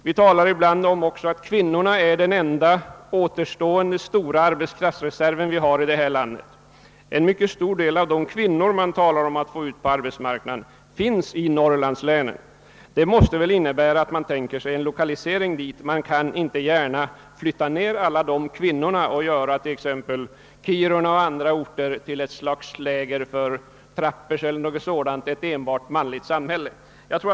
Vi brukar ofta tala om att kvinnorna är den enda återstående stora arbetskraftsreserv som vi har i vårt land. En mycket stor del av de kvinnor som man önskar få ut på arbetsmarknaden finns i norrlandslänen. Det måste väl innebära att man tänker sig en lokalisering dit. Man kan inte gärna flytta ned alla dessa kvinnor till södra Sverige och förvandla Kiruna och andra norrländska orter till ett slags läger för trappers eller dylikt, d. v. s. till enbart manliga samhällen.